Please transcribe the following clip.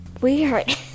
weird